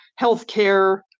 healthcare